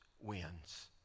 wins